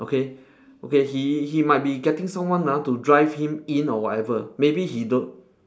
okay okay he he might be getting someone lah to drive him in or whatever maybe he don't